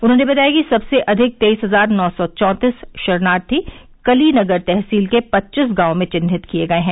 उन्होंने बताया कि सबसे अधिक तेईस हजार नौ सौ चौतीस शरणार्थी कलीनगर तहसील के पच्चीस गांवों में चिन्हित किए गए हैं